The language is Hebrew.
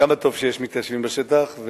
כמה טוב שיש מתיישבים בשטח.